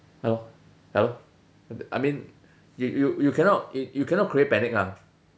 ya lor ya lor I mean you you you cannot you cannot create panic ah